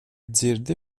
dzirdi